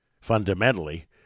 Fundamentally